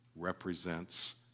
represents